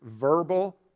verbal